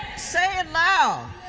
say it loud.